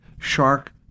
shark